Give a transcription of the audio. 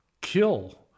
kill